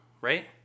Right